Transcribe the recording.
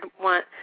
want